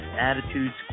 attitudes